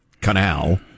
canal